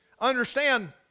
Understand